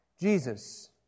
Jesus